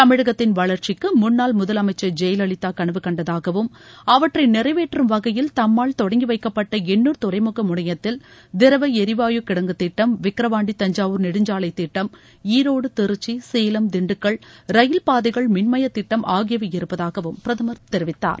தமிழகத்தின் வளர்ச்சிக்கு முன்னாள் முதலமைச்சர் ஜெயலலிதா கனவு கண்டதாகவும் அவற்றை நிறைவேற்றும் வகையில் தம்மால் தொங்கி வைக்கப்பட்ட எண்ணூர் துறைமுக முனையத்தில் திரவ எரிவாயு கிடங்கு திட்டம் விக்ரவாண்டி தஞ்சாவூர் நெடுஞ்சாவைத் திட்டம் ஈரோடு திருச்சி சேலம் திண்டுக்கல் ரயில் பாதைகள் மின்மய திட்டம் ஆகியவை இருப்பதாகவும் பிரதமர் தெரிவித்தார்